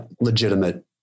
legitimate